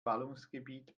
ballungsgebiet